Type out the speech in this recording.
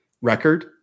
record